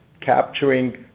capturing